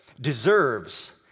deserves